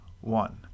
one